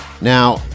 Now